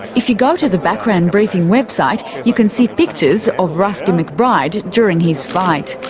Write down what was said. if you go to the background briefing website you can see pictures of rusty mcbride during his fight.